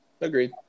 Agreed